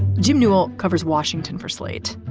jim newell covers washington for slate